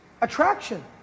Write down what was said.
Attraction